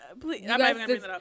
Please